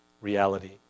reality